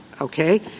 okay